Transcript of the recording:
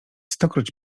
stokroć